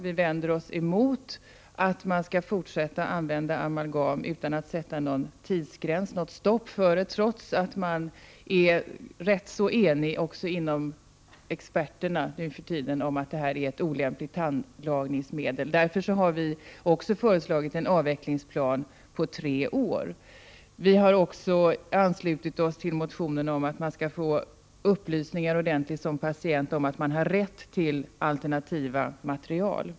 Vi vänder oss emot att man skall fortsätta att använda amalgam utan att sätta någon tidsgräns för ett upphörande, trots att också experterna numera är rätt så eniga om att detta är ett olämpligt tandlagningsmedel. Därför har vi också föreslagit en avvecklingsplan på tre år. Vi har också anslutit oss till motionerna om att man som patient skall få ordentliga upplysningar om att man har rätt till alternativa material.